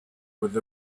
with